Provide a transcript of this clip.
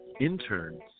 interns